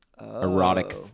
Erotic